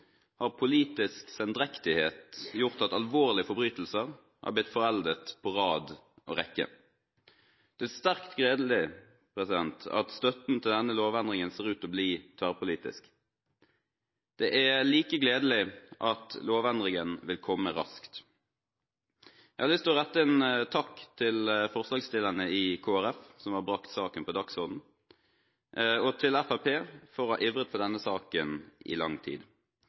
har politisk sendrektighet gjort at alvorlige forbrytelser har blitt foreldet på rad og rekke. Det er sterkt gledelig at støtten til denne lovendringen ser ut til å bli tverrpolitisk. Det er like gledelig at lovendringen vil komme raskt. Jeg har lyst til å rette en takk til forslagsstillerne i Kristelig Folkeparti som har brakt saken på dagsordenen, og til Fremskrittspartiet for å ha ivret for denne saken i lang tid.